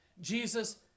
Jesus